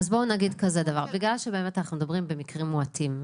נגיד דבר כזה: בגלל שבאמת אנחנו מדברים במקרים מועטים,